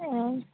अ